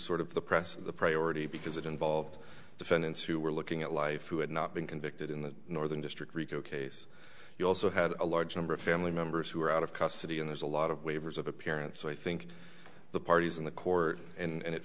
sort of the press of the priority because it involved defendants who were looking at life who had not been convicted in the northern district rico case you also had a large number of family members who are out of custody and there's a lot of waivers of a parent so i think the parties in the court and